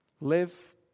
Live